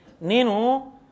nino